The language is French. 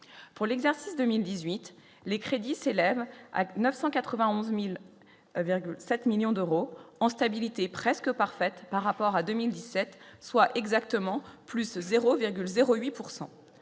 pour l'exercice 2018 les crédits s'élève à 991007 millions d'euros en stabilité presque parfaite par rapport à 2017, soit exactement, plus 0,0